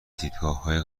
دیدگاههای